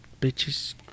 Bitches